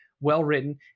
well-written